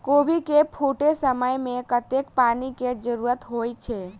कोबी केँ फूटे समय मे कतेक पानि केँ जरूरत होइ छै?